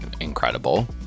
Incredible